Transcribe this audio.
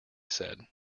said